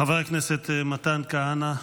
חבר הכנסת מתן כהנא,